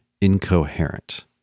incoherent